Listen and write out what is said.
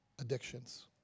addictions